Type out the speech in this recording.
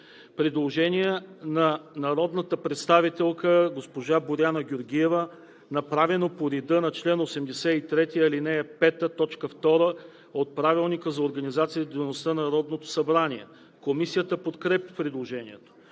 предложение на народния представител Боряна Георгиева, направено по реда на чл. 83, ал. 5, т. 2 от Правилника за организацията и дейността на Народното събрание. Комисията подкрепя предложението.